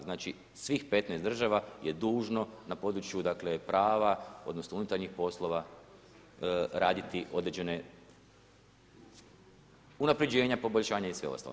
Znači svih 15 država je dužno na području prava, odnosno unutarnjih poslova raditi određene unapređenja, poboljšanja i sve ostalo.